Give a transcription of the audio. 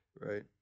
right